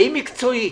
האם מקצועית